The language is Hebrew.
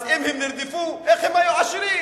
אז אם הם נרדפו, איך הם היו עשירים?